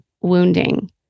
wounding